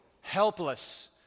helpless